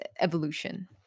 evolution